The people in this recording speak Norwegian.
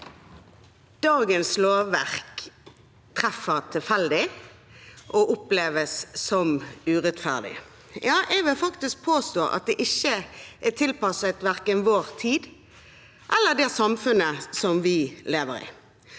Dagens lovverk tref- fer tilfeldig og oppleves som urettferdig. Ja, jeg vil faktisk påstå at det ikke er tilpasset verken vår tid eller det samfunnet som vi lever i.